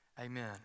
Amen